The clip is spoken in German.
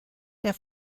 der